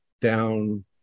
down